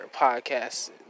podcasts